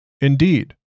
Indeed